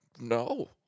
no